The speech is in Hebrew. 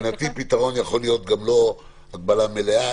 פתרון יכול להיות גם לא הגבלה מלאה,